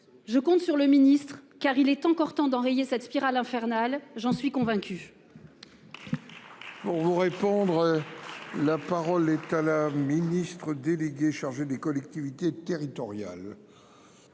Je compte sur le ministre, car il est encore temps d'enrayer cette spirale infernale. J'en suis convaincu.